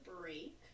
break